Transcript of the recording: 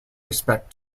respect